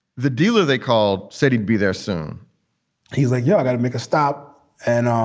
the dealer they called said he'd be there soon he's like, yeah, i got to make a stop and um